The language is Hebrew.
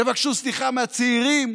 תבקשו סליחה מהצעירים,